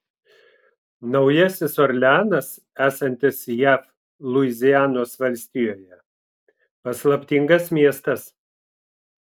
naujasis orleanas esantis jav luizianos valstijoje paslaptingas miestas